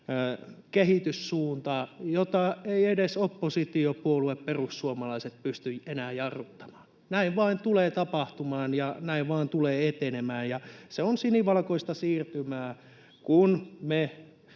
kehityssuunta, jota ei edes oppositiopuolue perussuomalaiset pysty enää jarruttamaan. Näin vain tulee tapahtumaan, ja näin vain se tulee etenemään. Se on sinivalkoista siirtymää, kun me